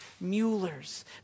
Mueller's